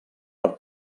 per